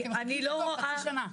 מחכים בתור חצי שנה.